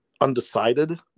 undecided